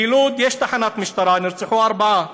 בלוד יש תחנת משטרה, נרצחו ארבעה,